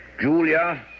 Julia